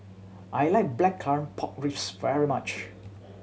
I like Blackcurrant Pork Ribs very much